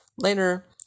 Later